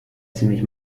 ziemlich